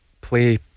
play